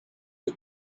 his